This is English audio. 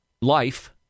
life